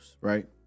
right